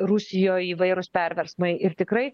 rusijoj įvairūs perversmai ir tikrai